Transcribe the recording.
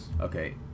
Okay